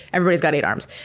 everybody's got eight arms.